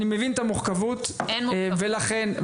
אני מבין את המורכבות ולכן --- אין מורכבות.